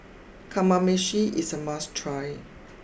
Kamameshi is a must try